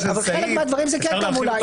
חלק מהדברים זה כן תעמולה.